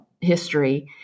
history